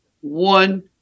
one